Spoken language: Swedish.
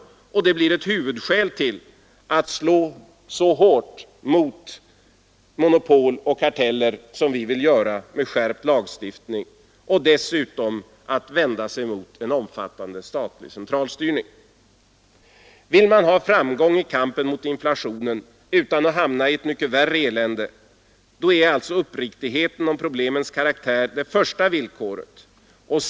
Det blir ett huvudskäl till att slå så hårt mot monopol och karteller som vi vill göra med skärpt lagstiftning, och dessutom ett skäl till att vända sig mot en omfattande statlig centralstyrning. Om vi vill ha framgång i kampen mot inflationen utan att hamna i ett mycket värre elände är uppriktighet i fråga om problemens karaktär det första villkoret.